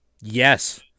Yes